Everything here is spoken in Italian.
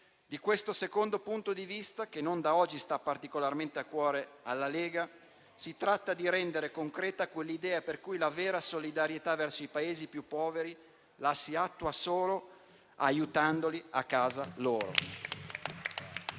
Da questo secondo punto di vista, che non da oggi sta particolarmente a cuore alla Lega, si tratta di rendere concreta quell'idea per cui la vera solidarietà verso i Paesi più poveri la si attua solo aiutandoli a casa loro.